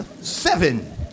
Seven